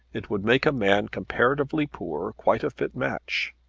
it would make a man comparatively poor quite a fit match.